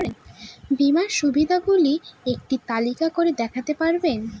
বীমার সুবিধে গুলি একটি তালিকা করে দেখাতে পারবেন?